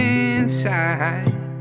inside